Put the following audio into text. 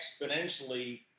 exponentially